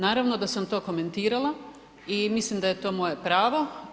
Naravno da sam to komentirala i mislim da je to moje pravo.